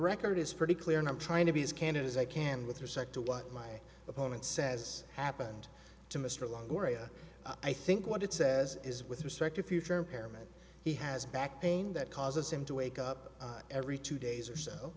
record is pretty clear and i'm trying to be as candid as i can with respect to what my opponent says happened to mr long oriya i think what it says is with respect to future impairment he has back pain that causes him to wake up every two days or so